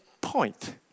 point